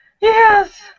Yes